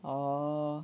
orh